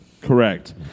Correct